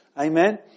Amen